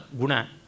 Guna